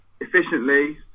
efficiently